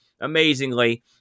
amazingly